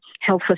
health